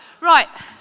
Right